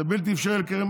זה בלתי אפשרי לקיים,